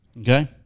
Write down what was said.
okay